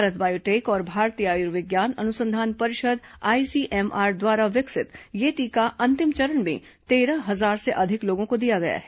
Bharat biotech और भारतीय आयुर्विज्ञान अनुसंधान परिषद आईसीएमआर द्वारा विकसित यह टीका अंतिम चरण में तेरह हजार से अधिक लोगों को दिया गया है